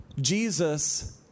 Jesus